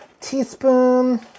teaspoon